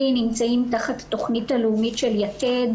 נמצאים תחת התכנית הלאומית של "יתד",